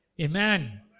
Amen